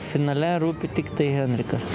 finale rūpi tiktai henrikas